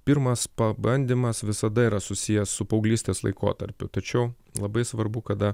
pirmas pabandymas visada yra susijęs su paauglystės laikotarpiu tačiau labai svarbu kada